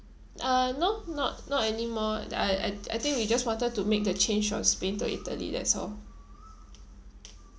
uh no not not anymore that I I I think we just wanted to make the change from spain to italy that's all